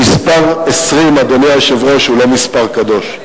המספר 20, אדוני היושב-ראש, הוא לא מספר קדוש.